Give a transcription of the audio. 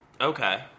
Okay